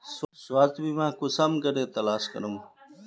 स्वास्थ्य बीमा कुंसम करे तलाश करूम?